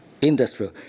industry